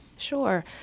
Sure